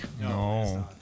No